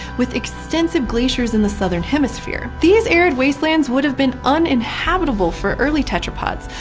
with extensive glaciers in the southern hemisphere. these arid wastelands would've been uninhabitable for early tetrapods,